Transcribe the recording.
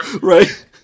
right